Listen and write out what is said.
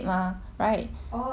那个 C_T 的 lipstick